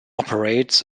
operates